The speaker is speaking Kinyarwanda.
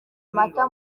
amata